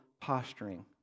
posturing